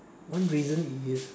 one reason is